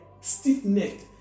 stiff-necked